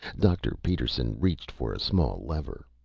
dr. peterson reached for a small lever.